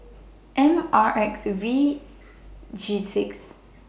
M R X V G six